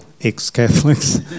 ex-Catholics